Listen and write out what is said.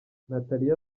natalia